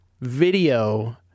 video